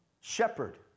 shepherd